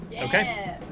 Okay